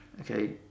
okay